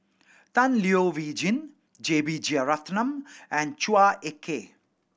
Tan Leo Wee Hin J B Jeyaretnam and Chua Ek Kay